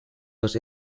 was